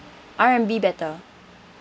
R and B better